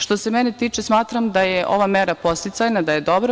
Što se mene tiče, smatram da je ova mera podsticajna, da je dobra.